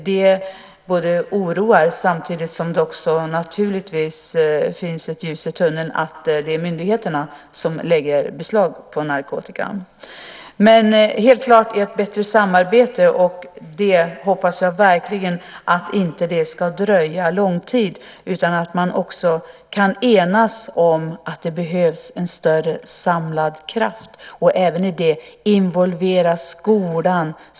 Det oroar samtidigt som det naturligtvis är ett ljus i tunneln att det är myndigheterna som lägger beslag på narkotikan. Jag hoppas verkligen att det inte ska dröja länge innan vi får ett bättre samarbete och att man kan enas om att det behövs en större samlad kraft och i det involvera skolan.